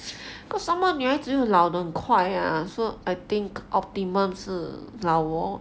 because some more 女孩子又老得很快 ah so I think optimum 是老我